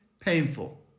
painful